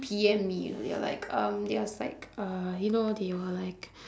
P_M me you know they are like um it was like um you know they were like